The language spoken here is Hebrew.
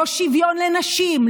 לא שוויון לנשים,